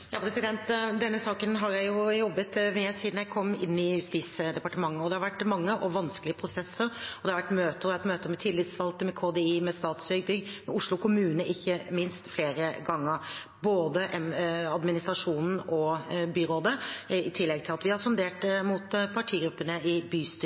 Denne saken har jeg jobbet med siden jeg kom inn i Justisdepartementet. Det har vært mange og vanskelige prosesser, det har vært møter, og jeg har hatt møter med tillitsvalgte, med KDI, med Statsbygg og ikke minst med Oslo kommune flere ganger – både administrasjonen og byrådet – i tillegg til at vi har sondert